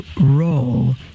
role